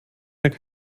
dann